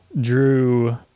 drew